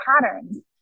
patterns